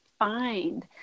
Find